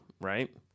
right